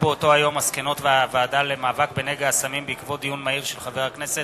מסקנות הוועדה למאבק בנגע הסמים בעקבות דיון מהיר בנושא: